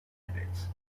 candidates